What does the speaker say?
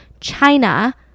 China